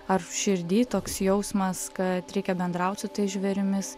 ar širdy toks jausmas kad reikia bendraut su tais žvėrimis